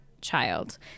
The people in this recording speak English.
child